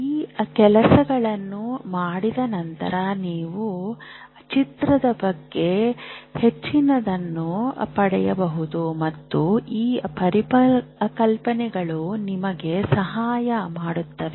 ಈ ಕೆಲಸಗಳನ್ನು ಮಾಡಿದ ನಂತರ ನೀವು ಚಿತ್ರದ ಬಗ್ಗೆ ಹೆಚ್ಚಿನದನ್ನು ಪಡೆಯಬಹುದು ಮತ್ತು ಈ ಪರಿಕಲ್ಪನೆಗಳು ನಿಮಗೆ ಸಹಾಯ ಮಾಡುತ್ತವೆ